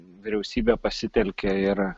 vyriausybė pasitelkė ir